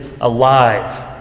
alive